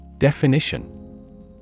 Definition